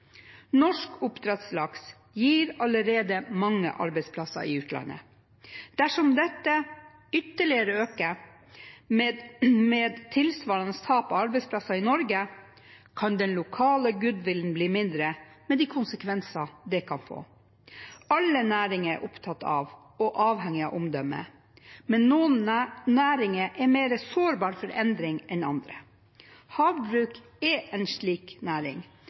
Norsk oppdrettslaks gir allerede mange arbeidsplasser i utlandet. Dersom dette ytterligere øker, med tilsvarende tap av arbeidsplasser i Norge, kan den lokale goodwillen bli mindre, med de konsekvenser det kan få. Alle næringer er opptatt av og avhengig av omdømme, men noen næringer er mer sårbare for endring enn andre. Havbruk er en slik næring.